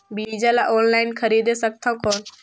बीजा ला ऑनलाइन खरीदे सकथव कौन?